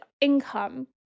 income